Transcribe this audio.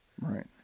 right